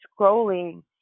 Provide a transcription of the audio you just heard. scrolling